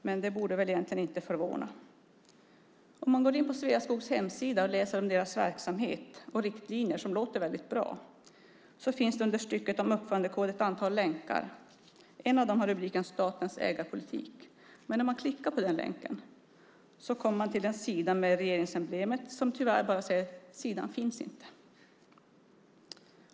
Men det borde väl egentligen inte förvåna. När man går in på Sveaskogs hemsida och läser om deras verksamhet och riktlinjer, som låter väldigt bra, hittar man under stycket om uppförandekod ett antal länkar. En av dem handlar om statens ägarpolitik. Men när man klickar på den länken kommer man till en sida med regeringsemblemet där det tyvärr bara sägs: Sidan finns inte.